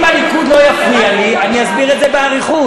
אם הליכוד לא יפריע לי אני אסביר את זה באריכות.